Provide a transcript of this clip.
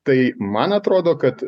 tai man atrodo kad